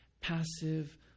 passive